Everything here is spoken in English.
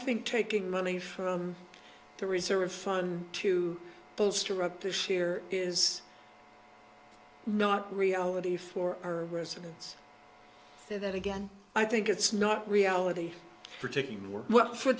think taking money from the reserve fund to bolster up this year is not reality for our residents so that again i think it's not reality for taking work for